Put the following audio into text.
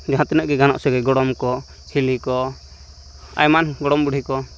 ᱡᱟᱦᱟᱸ ᱛᱤᱱᱟᱹᱜ ᱜᱮ ᱜᱟᱱᱚᱜ ᱥᱟᱹᱜᱟᱹᱭ ᱜᱚᱲᱚᱢᱠᱚ ᱦᱤᱞᱤᱠᱚ ᱮᱢᱟᱱ ᱜᱚᱲᱚᱢ ᱵᱩᱰᱷᱤᱠᱚ